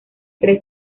tres